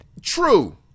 True